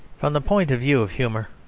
from the point of view of humour,